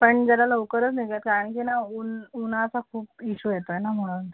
पण जरा लवकरच निघूया कारण की ना ऊन ऊनाचा खूप इश्यू येतो आहे ना म्हणून